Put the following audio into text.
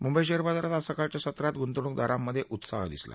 Mumbai share बाजारात आज सकाळच्या सत्रात गुंतवणूकदारांमधे उत्साह दिसला